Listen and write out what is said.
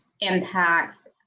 impacts